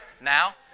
now